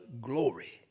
glory